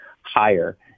higher